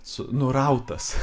su nurautas